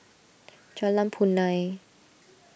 Jalan Punai